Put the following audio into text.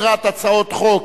מטרת הצעת החוק הזאת,